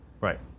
Right